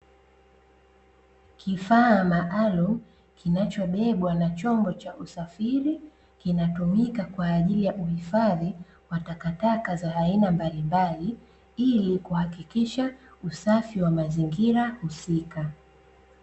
Kifaa maalumu kinachobebwa na chombo cha usafiri, kinatumika kwa ajili ya uhifadhi wa takataka za aina mbalimbali, ili kuhakikisha usafi wa mazingira husika.